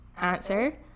answer